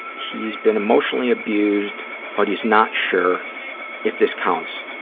he's been emotionally abused but he's not sure if this counts,